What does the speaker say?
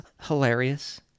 hilarious